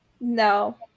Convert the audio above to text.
no